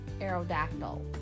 Aerodactyl